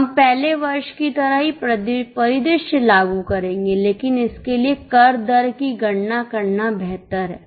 हम पहले वर्ष की तरह ही परिदृश्य लागू करेंगे लेकिन इसके लिए कर दर की गणना करना बेहतर है